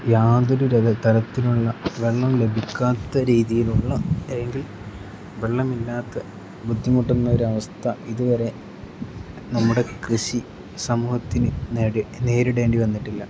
യാതൊരു തരത്തിലുള്ള വെള്ളം ലഭിക്കാത്ത രീതിയിലുള്ള അല്ലെങ്കിൽ വെള്ളമില്ലാതെ ബുദ്ധിമുട്ടുന്നൊരവസ്ഥ ഇതുവരെ നമ്മുടെ കൃഷി സമൂഹത്തിന് നേരിടേണ്ടി വന്നിട്ടില്ല